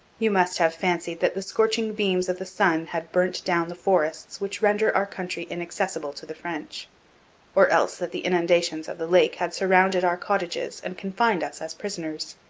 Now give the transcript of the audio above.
you must have fancied that the scorching beams of the sun had burnt down the forests which render our country inaccessible to the french or else that the inundations of the lake had surrounded our cottages and confined us as prisoners.